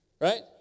Right